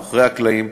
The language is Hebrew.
מאחורי הקלעים,